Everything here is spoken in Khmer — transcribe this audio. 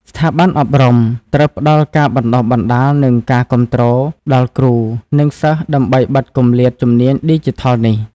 ស្ថាប័នអប់រំត្រូវផ្តល់ ការបណ្តុះបណ្តាល និងការគាំទ្រ ដល់គ្រូ និងសិស្សដើម្បីបិទគម្លាតជំនាញឌីជីថលនេះ។